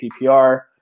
PPR